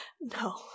no